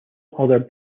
other